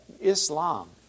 Islam